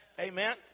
Amen